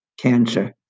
cancer